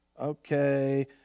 Okay